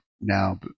now